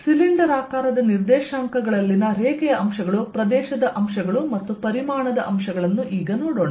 ಸಿಲಿಂಡರಾಕಾರದ ನಿರ್ದೇಶಾಂಕಗಳಲ್ಲಿನ ರೇಖೆಯ ಅಂಶಗಳು ಪ್ರದೇಶದ ಅಂಶಗಳು ಮತ್ತು ಪರಿಮಾಣದ ಅಂಶಗಳನ್ನು ನೋಡೋಣ